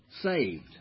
saved